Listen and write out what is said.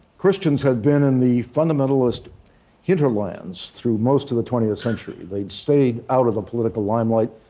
christians had been in the fundamentalist hinterlands through most of the twentieth century. they'd stayed out of the political limelight.